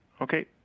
Okay